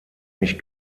mich